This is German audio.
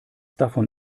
davon